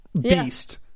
beast